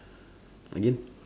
again